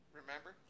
remember